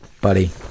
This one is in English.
Buddy